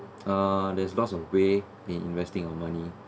uh there's lots of way in investing on money